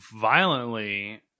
violently